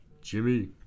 Jimmy